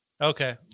Okay